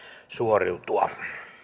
suoriutua